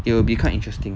it will be quite interesting